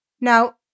Now